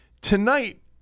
tonight